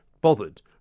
bothered